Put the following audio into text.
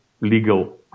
legal